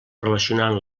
relacionant